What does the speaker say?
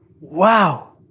wow